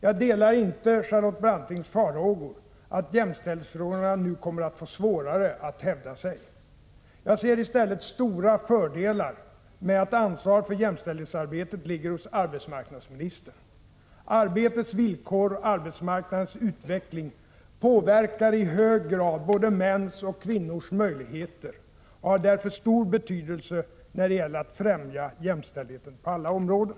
Jag delar inte Charlotte Brantings farhågor att jämställdhetsfrågorna nu kommer att få svårare att hävda sig. Jag ser i stället stora fördelar med att ansvaret för jämställdhetsarbetet ligger hos arbetsmarknadsministern. Arbetets villkor och arbetsmarknadens utveckling påverkar i hög grad både mäns och kvinnors möjligheter och har därför stor betydelse, när det gäller att främja jämställdheten på alla områden.